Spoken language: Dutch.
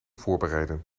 voorbereiden